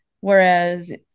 Whereas